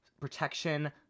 protection